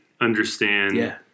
understand